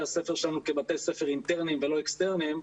הספר שלנו כבתי ספר אינטרניים ולא אקסטרניים,